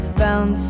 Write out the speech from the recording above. found